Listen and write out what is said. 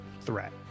threat